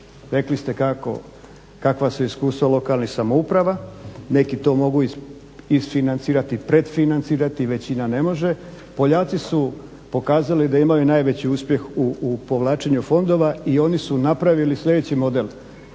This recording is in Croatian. rekli ste kakva su iskustva lokalnih samouprava, neki to mogu isfinancirati, predfinancirati, većina ne može. poljaci su pokazali da imaju najveći uspjeh u povlačenju fondova i oni su napravili sljedeći model,